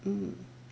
mm